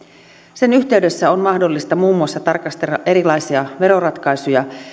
sen yhteydessä on mahdollista muun muassa tarkastella erilaisia veroratkaisuja